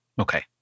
Okay